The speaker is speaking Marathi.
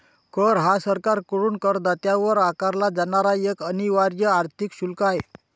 कर हा सरकारकडून करदात्यावर आकारला जाणारा एक अनिवार्य आर्थिक शुल्क आहे